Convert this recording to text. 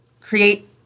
create –